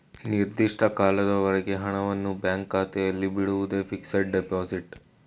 ನಿರ್ದಿಷ್ಟ ಕಾಲದವರೆಗೆ ಹಣವನ್ನು ಬ್ಯಾಂಕ್ ಖಾತೆಯಲ್ಲಿ ಬಿಡುವುದೇ ಫಿಕ್ಸಡ್ ಡೆಪೋಸಿಟ್